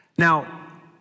Now